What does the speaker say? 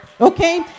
Okay